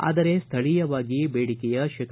ಆದರೆ ಸ್ವಳೀಯವಾಗಿ ಬೇಡಿಕೆಯ ಶೇ